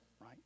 Right